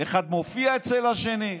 אחד מופיע אצל השני.